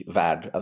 värld